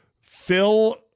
Phil